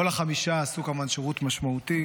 כל החמישה עשו כמובן שירות משמעותי.